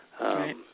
Right